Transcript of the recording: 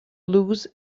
lose